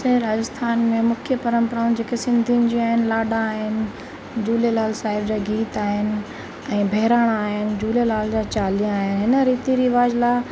असांजे राजस्थान में मुख्य परम्पराऊं जेके सिंधियुनि जी आहिनि लाॾा आहिनि झूलेलाल साहिब जा गीत आहिनि ऐं बहिराणा आहिनि झूलेलाल जा चालीहा आहिनि ऐं रीति रिवाज लाइ